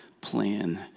plan